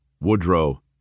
Woodrow